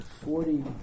Forty